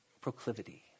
proclivity